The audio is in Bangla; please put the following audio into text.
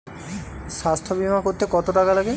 স্বাস্থ্যবীমা করতে কত টাকা লাগে?